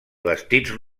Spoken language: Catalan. vestits